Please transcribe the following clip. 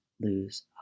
lose